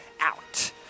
out